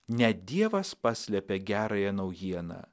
ne dievas paslėpė gerąją naujieną